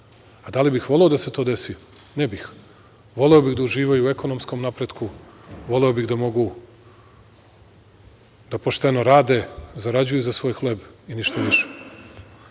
A da li bih voleo da se to desi? Ne bih. Voleo bih da uživaju u ekonomskom napretku, voleo bih da mogu da pošteno rade, zarađuju za svoj hleb i ništa više. Kurti